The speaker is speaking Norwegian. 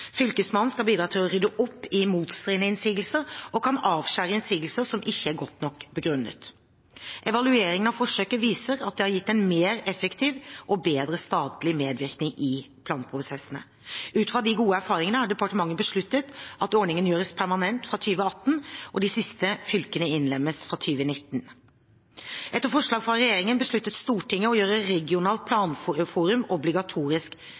Fylkesmannen skal bidra til å rydde opp i motstridende innsigelser og kan avskjære innsigelser som ikke er godt nok begrunnet. Evalueringen av forsøket viser at det har gitt en mer effektiv og bedre statlig medvirkning i planprosessene. Ut fra de gode erfaringene har departementet besluttet at ordningen gjøres permanent fra 2018. De siste fylkene innlemmes fra 2019. Etter forslag fra regjeringen besluttet Stortinget å gjøre regionalt planforum obligatorisk